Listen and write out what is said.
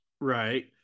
right